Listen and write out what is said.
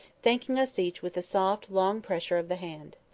thanking us each with a soft long pressure of the hand.